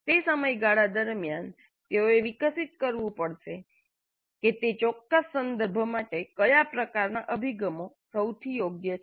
તે સમયગાળા દરમિયાન તેઓએ વિકસિત કરવું પડશે કે તે ચોક્કસ સંદર્ભ માટે કયા પ્રકારનાં અભિગમો સૌથી યોગ્ય છે